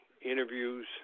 interviews